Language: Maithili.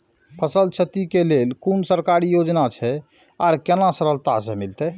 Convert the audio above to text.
फसल छति के लेल कुन सरकारी योजना छै आर केना सरलता से मिलते?